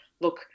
look